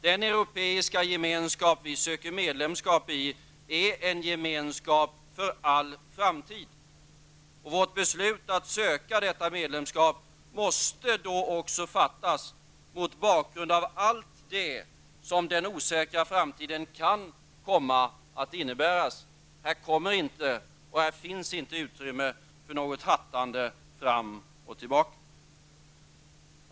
Den europeiska gemenskap vi söker medlemskap i är en gemenskap för all framtid, och vårt beslut att söka detta medlemskap måste då också fattas mot bakgrund av allt det som den osäkra framtiden kan komma att innebära. Här finns inte utrymme för något hattande fram och tillbaka.